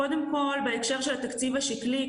קודם כל בהקשר של תקציב השקלי,